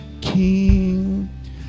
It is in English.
King